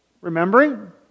remembering